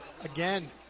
Again